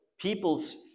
People's